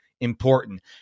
important